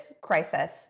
crisis